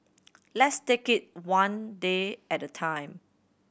let's take it one day at a time